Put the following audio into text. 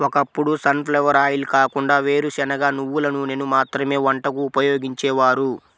ఒకప్పుడు sunflower oil కాకుండా వేరుశనగ, నువ్వుల నూనెను మాత్రమే వంటకు ఉపయోగించేవారు